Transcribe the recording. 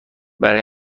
برای